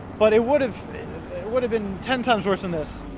but it would have would have been ten times worse than this.